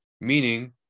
meaning